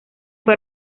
fue